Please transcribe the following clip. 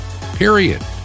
Period